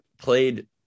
played